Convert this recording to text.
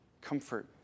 comfort